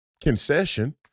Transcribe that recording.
concession